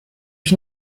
ich